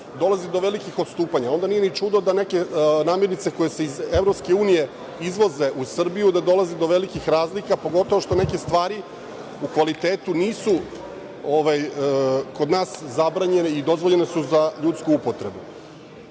dolazi do velikih odstupanja. Onda nije ni čudo da kod nekih namirnica koje se iz EU izvoze u Srbiju dolazi do velikih razlika, pogotovo što neke stvari u kvalitetu nisu kod nas zabranjene i dozvoljene su za ljudsku upotrebu. Kao